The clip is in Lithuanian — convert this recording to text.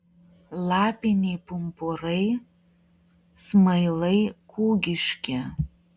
lapiniai pumpurai smailai kūgiški